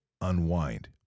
unwind